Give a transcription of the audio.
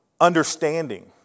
understanding